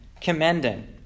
commending